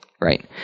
Right